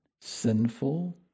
sinful